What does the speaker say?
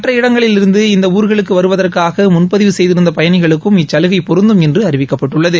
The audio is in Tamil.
மற்ற இடங்களிலிருந்து இஇந்த இணர்களுக்கு வருவதற்காக முன்பதிவு செய்திருந்த பயணிகளுக்கும் இச்சலுகை பொருந்தும் என்று அறிவிக்கப்பட்டுள்ளது